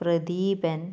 Pradeepan